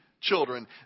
children